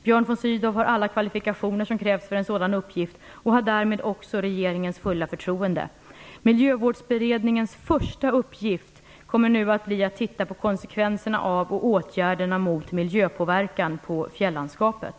Björn von Sydow har alla kvalifikationer som krävs för en sådan uppgift och har därmed också regeringens fulla förtroende. Miljövårdsberedningens första uppgift kommer nu att bli att titta på konsekvenserna av och åtgärderna mot miljöpåverkan av fjällandskapet.